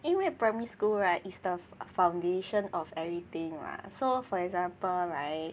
因为 primary school right is the foundation of everything mah so for example right